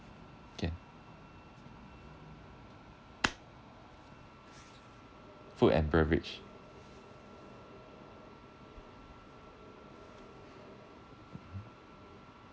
can food and beverage mmhmm